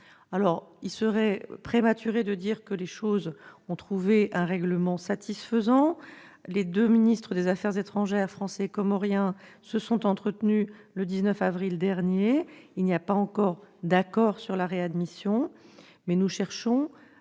Il serait prématuré de dire que la situation a trouvé un règlement satisfaisant. Les ministres des affaires étrangères français et comoriens se sont entretenus le 19 avril dernier. Il n'y a pas encore d'accord concernant la réadmission, mais nous cherchons